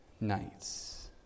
nights